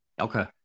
Okay